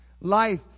Life